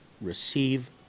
receive